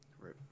Right